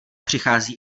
přichází